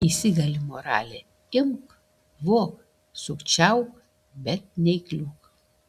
įsigali moralė imk vok sukčiauk bet neįkliūk